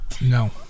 No